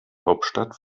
hauptstadt